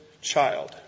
child